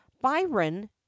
byron